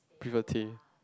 prefer tea